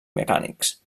mecànics